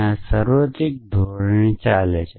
આ સાર્વત્રિક ધોરણે ચલ છે